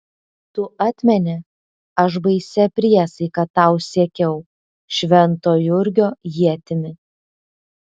tu atmeni aš baisia priesaika tau siekiau švento jurgio ietimi